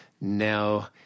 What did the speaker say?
now